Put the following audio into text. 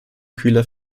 kühler